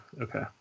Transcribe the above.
okay